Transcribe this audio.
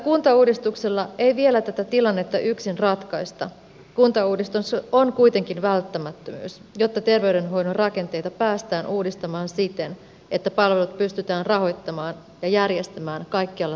vaikka kuntauudistuksella ei vielä tätä tilannetta yksin ratkaista kuntauudistus on kuitenkin välttämättömyys jotta terveydenhoidon rakenteita päästään uudistamaan siten että palvelut pystytään rahoittamaan ja järjestämään kaikkialla suomessa